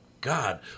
God